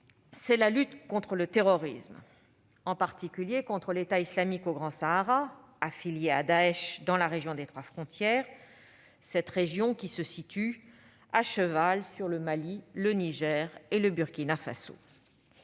c'est la lutte contre le terrorisme, en particulier contre l'État islamique dans le Grand Sahara, affilié à Daech dans la région des trois frontières, cette région qui se situe à cheval sur le Mali, le Niger et le Burkina Faso.